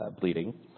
bleeding